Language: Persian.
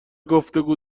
گفتگو